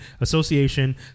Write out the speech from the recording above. Association